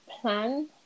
plan